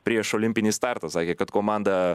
prieš olimpinį startą sakė kad komanda